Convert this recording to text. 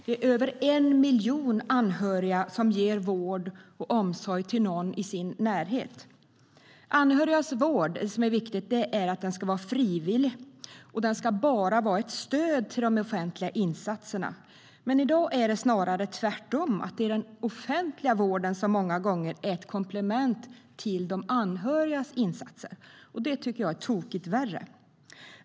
Det är över 1 miljon anhöriga som ger vård och omsorg till någon i sin närhet. Anhörigas vård ska vara frivillig och bara vara ett stöd till de offentliga insatserna. Men i dag är det snarare tvärtom. Det är många gånger den offentliga vården som är ett komplement till de anhörigas insatser. Det tycker jag är tokigt värre!